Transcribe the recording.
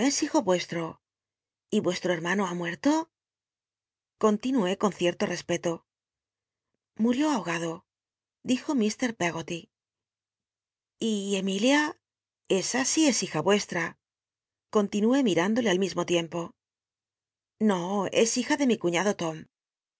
hijo yuesto y vuestro hermano ha mue'lo conlinué con cieto u respeto lurió ahogado dijo ir peggoly y emilia esa sí es hija uesta continué mirtindole al mismo tiempo no us hija de mi cuíiado